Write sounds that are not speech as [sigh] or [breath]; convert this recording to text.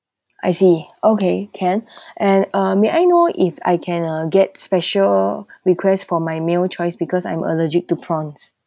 I see okay can [breath] and uh may I know if I can uh get special requests for my meal choice because I'm allergic to prawns